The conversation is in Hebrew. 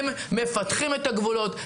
הם מפתחים את הגבולות,